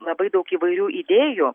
labai daug įvairių idėjų